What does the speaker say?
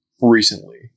recently